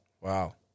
Wow